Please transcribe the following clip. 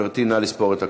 גברתי, נא לספור את הקולות.